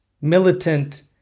militant